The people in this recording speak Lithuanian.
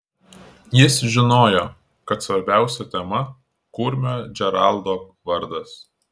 jis žinojo kad svarbiausia tema kurmio džeraldo vardas